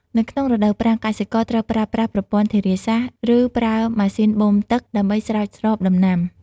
នៅក្នុងរដូវប្រាំង កសិករត្រូវប្រើប្រាស់ប្រព័ន្ធធារាសាស្ត្រ ឬប្រើម៉ាស៊ីនបូមទឹក ដើម្បីស្រោចស្រពដំណាំ។